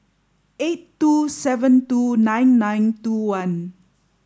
eight two seven two nine nine two one